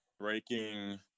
breaking